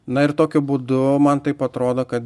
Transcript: na ir tokiu būdu man taip atrodo kad